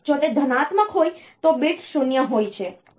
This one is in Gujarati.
અને જો તે ધનાત્મક હોય તો bits 0 હોય છે